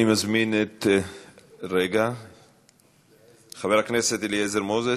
אני מזמין את חבר הכנסת אליעזר מוזס,